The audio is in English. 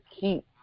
keep